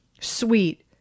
sweet